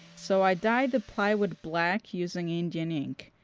so i dyed the plywood black using indian ink.